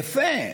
יפה.